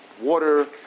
water